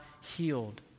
healed